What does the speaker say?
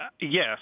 Yes